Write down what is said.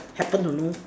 happen to know